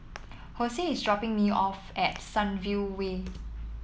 Hosea is dropping me off at Sunview Way